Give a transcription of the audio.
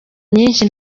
nyinshi